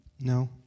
No